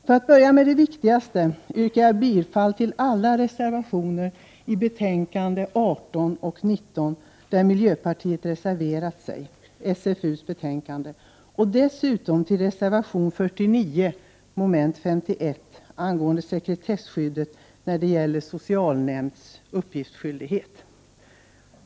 För att börja med det viktigaste yrkar jag bifall till alla reservationer som miljöpartiet står bakom i betänkandena 18 och 19. Dessutom yrkar jag bifall till reservation 49 i betänkande 19 beträffande moment 51 angående sekretesskydd när det gäller socialnämnds uppgiftsskyldighet.